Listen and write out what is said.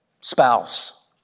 spouse